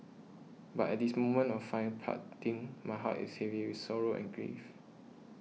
but at this moment of fine parting my heart is heavy with sorrow and grief